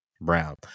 brown